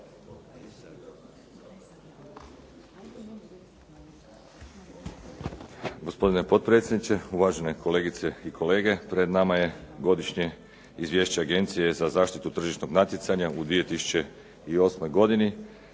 Gospodine potpredsjedniče, uvažene kolegice i kolege. Pred nama je Godišnje izvješće Agencije za zaštitu tržišnog natjecanja u 2008. godini